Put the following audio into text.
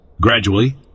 Gradually